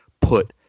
put